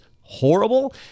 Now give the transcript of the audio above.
horrible